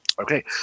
Okay